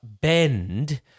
bend